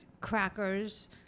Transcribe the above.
crackers